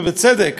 ובצדק,